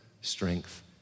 strength